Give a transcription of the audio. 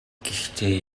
гэхдээ